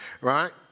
right